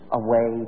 away